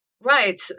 Right